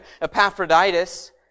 Epaphroditus